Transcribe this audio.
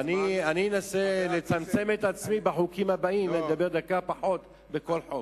ואני אנסה לצמצם את עצמי בחוקים הבאים ולדבר דקה פחות בכל חוק.